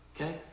okay